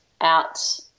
out